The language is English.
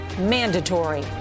mandatory